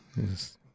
Yes